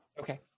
Okay